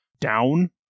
down